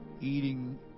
eating